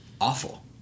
Awful